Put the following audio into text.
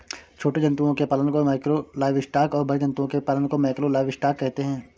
छोटे जंतुओं के पालन को माइक्रो लाइवस्टॉक और बड़े जंतुओं के पालन को मैकरो लाइवस्टॉक कहते है